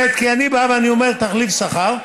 אני בא ואומר "תחליף שכר"